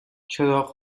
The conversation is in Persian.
چراغ